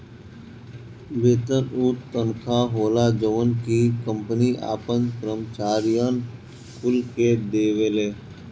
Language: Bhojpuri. वेतन उ तनखा होला जवन की कंपनी आपन करम्चारिअन कुल के देवेले